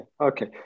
Okay